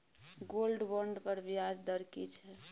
Gold bond पर ब्याज दर की छै?